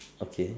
okay